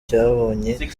cyabonye